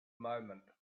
moment